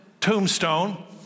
tombstone